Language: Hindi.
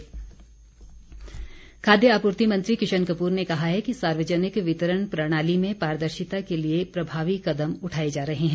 पीडीएस खाद्य आपूर्ति मंत्री किशन कपूर ने कहा है कि सार्वजनिक वितरण प्रणाली में पारदर्शिता के लिए प्रभावी कदम उठाए जा रहे हैं